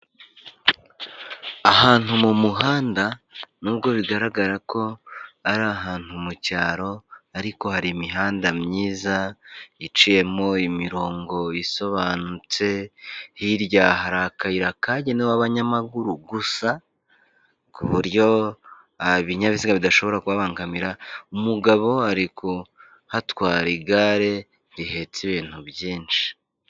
Ahantu mu muhanda n'ubwo bigaragara ko ari ahantu mu cyaro, ariko hari imihanda myiza iciyemo imirongo isobanutse, hirya hari akayira kagenewe abanyamaguru gusa, ku buryo ibinyabiziga bidashobora kubangamira, umugabo ari kuhatwara igare rihetse ibintu byinshi.